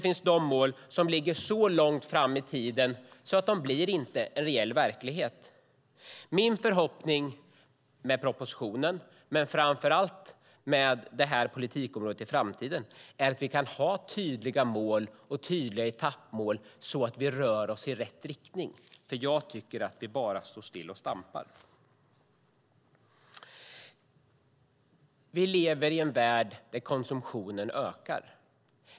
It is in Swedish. Andra mål ligger så långt fram i tiden att de inte blir en reell verklighet. Min förhoppning med propositionen och framför allt med detta politikområde i framtiden är att vi kan ha tydliga mål och etappmål så att vi rör oss i rätt riktning. Just nu står vi bara och stampar. Vi lever i en värld där konsumtionen ökar.